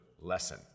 lesson